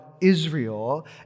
Israel